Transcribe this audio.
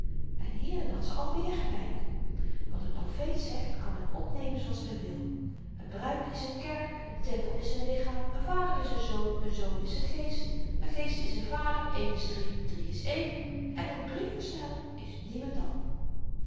en hierin had ze alweer gelyk wat n profeet zegt kan men opnemen zooals men wil een bruid is n kerk een tempel is n lichaam een vader is n zoon een zoon is n geest een geest is n vader één is drie drie is één en n briefbesteller is niemendal